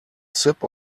sip